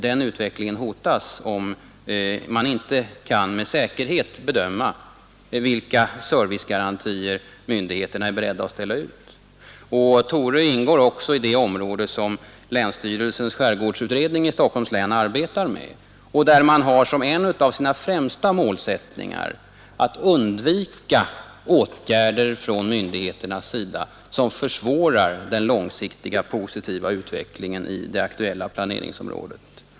Den utvecklingen hotas, om man inte kan med säkerhet bedöma vilka servicegarantier myndigheterna är beredda att ställa ut. Torö ingår också i det område som länsstyrelsens skärgårdsutredning i Stockholms län arbetar med, och där har man som en av sina högsta målsättningar att undvika åtgärder från myndigheternas sida som försvårar den långsiktiga, positiva utvecklingen i det aktuella planeringsområdet.